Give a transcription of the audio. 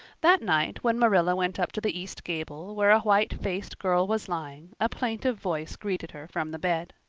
that night, when marilla went up to the east gable, where a white-faced girl was lying, a plaintive voice greeted her from the bed.